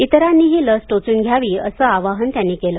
इतरांनीही लस टोचुन घ्यावी असं आवाहन त्यांनी केलं